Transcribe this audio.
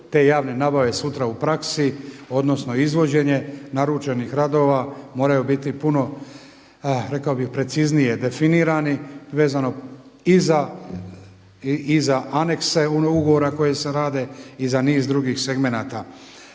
te javne nabave sutra u praksi, odnosno izvođenje naručenih radova moraju biti rekao bih preciznije definirani vezano i za anexe ugovora koji se rade i za niz drugih segmenata.